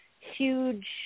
huge